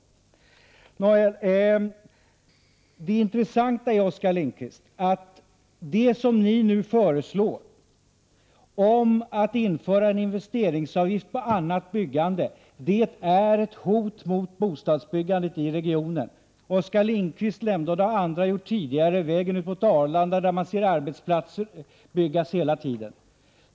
Nåväl, det intressanta är, Oskar Lindkvist, att det som ni nu föreslår om en investeringsavgift på annat byggande är ett hot mot bostadsbyggandet i regionen. Oskar Lindkvist nämnde, och det har andra gjort tidigare, vägen ut mot Arlanda, där man ser arbetsplatser byggas hela tiden.